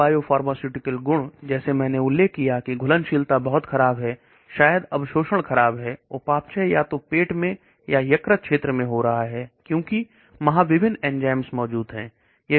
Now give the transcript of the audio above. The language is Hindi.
खराब बायोफार्मास्यूटिकल गुण जैसे मैंने उल्लेख किया की घुलनशीलता बहुत खराब है शायद अवशोषण खराब है बात से या तो पेट में या यकृत क्षेत्र में हो रहा है क्योंकि वहां विभिन्न एंजाइम मौजूद है